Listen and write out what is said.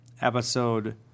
episode